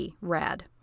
RAD